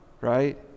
right